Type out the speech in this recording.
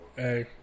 Hey